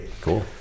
Cool